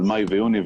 על מאי ויוני,